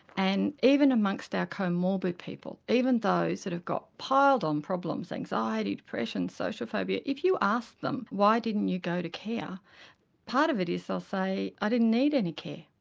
and even amongst our comorbid people, even those that have got piled on problems, anxiety, depression, social phobia, if you asked them why didn't you go to care part of it is they'll say i didn't need any care.